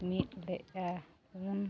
ᱢᱤᱫ ᱞᱮᱜᱼᱟ ᱩᱱ